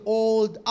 old